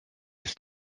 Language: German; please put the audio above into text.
ist